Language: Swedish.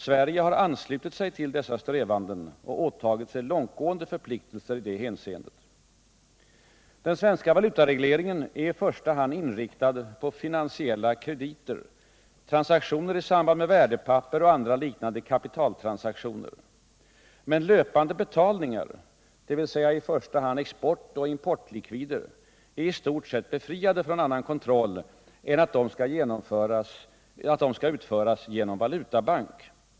Sverige har anslutit sig till dessa strävanden och åtagit sig långtgående förpliktelser i det hänseendet. Den svenska valutaregleringen är i första hand inriktad på finansiella krediter, transaktioner i samband med värdepapper och andra liknande kapitaltransaktioner. Men löpande betalningar, dvs. i första hand export och importlikvider, är i stort sett befriade från annan kontroll än att de skall utföras genom valutabank.